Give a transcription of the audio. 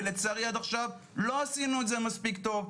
ולצערי עד עכשיו לא עשינו את זה מספיק טוב.